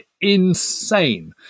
Insane